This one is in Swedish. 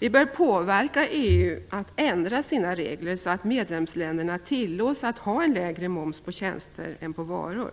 Vi bör påverka EU att ändra sina regler så att medlemsländerna tillåts att ha lägre moms på tjänster än på varor.